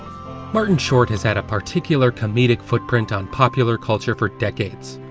martin short has had a particular comedic footprint on popular culture for decades,